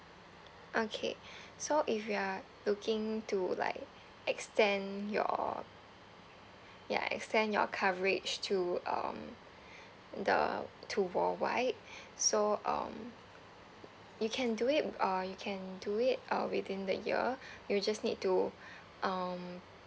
okay so if you are looking to like extend your ya extend your coverage to um the to worldwide so um you can do it w~ uh you can do it uh within the year you just need to um